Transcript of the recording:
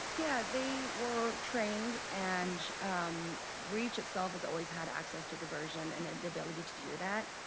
yeah, they were trained. and reach, itself, has always had access to diversion and the ability to do that.